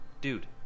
Dude